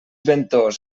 ventós